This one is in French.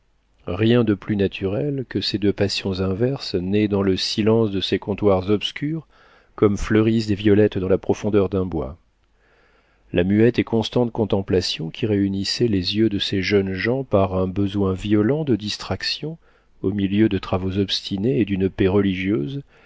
rien de plus naturel que ces deux passions inverses nées dans le silence de ces comptoirs obscurs comme fleurissent des violettes dans la profondeur d'un bois la muette et constante contemplation qui réunissait les yeux de ces jeunes gens par un besoin violent de distraction au milieu de travaux obstinés et d'une paix religieuse